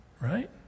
right